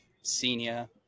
senior